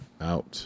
out